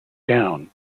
gown